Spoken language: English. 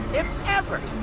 if ever,